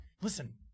Listen